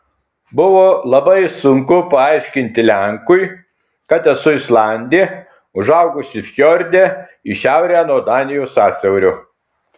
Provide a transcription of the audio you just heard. buvo labai sunku paaiškinti lenkui kad esu islandė užaugusi fjorde į šiaurę nuo danijos sąsiaurio